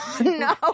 no